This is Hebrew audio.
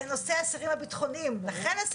אתמול ישבנו כולנו, כולל אתה,